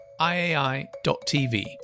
iai.tv